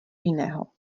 jiného